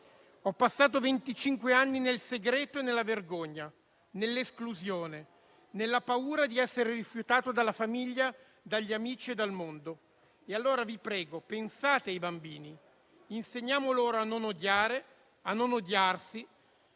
Ho passato venticinque anni nel segreto e nella vergogna, nell'esclusione, nella paura di essere rifiutato dalla famiglia, dagli amici e dal mondo. E allora vi prego: pensate ai bambini, insegniamo loro a non odiare e a non odiarsi